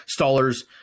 stallers